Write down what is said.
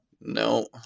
no